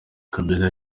kabila